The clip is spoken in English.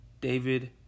David